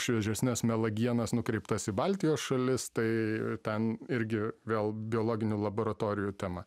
šviežesnes melagienas nukreiptas į baltijos šalis tai ten irgi vėl biologinių laboratorijų tema